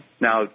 now